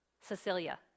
Cecilia